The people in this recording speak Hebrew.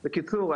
בקיצור,